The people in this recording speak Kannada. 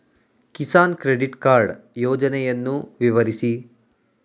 ಕಿಸಾನ್ ಕ್ರೆಡಿಟ್ ಕಾರ್ಡ್ ಯೋಜನೆಯನ್ನು ವಿವರಿಸಿ?